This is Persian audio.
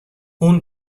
اون